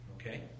Okay